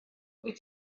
wyt